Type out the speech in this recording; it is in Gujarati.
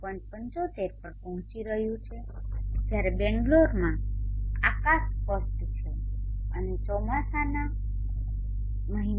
75 પર પહોંચી રહ્યું છે જ્યારે બેંગ્લોરમાં આકાશ સ્પષ્ટ છે અને ચોમાસાના મહિનાઓ દરમિયાન આ આકડો ખૂબ નીચે પહોંચી રહ્યો છે જે લગભગ 0